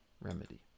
remedy